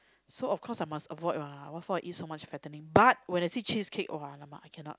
so of course I must avoid lah what for I eat so much fattening but when I see cheesecake !wah! !alamak! I cannot